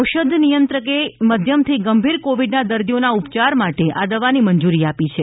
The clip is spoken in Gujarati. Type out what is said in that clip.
ઔષધિ નિયંત્રકે મધ્યમથી ગંભીર કોવિડના દર્દીઓના ઉપયાર માટે આ દવાની મંજૂરી આપી છે